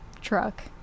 truck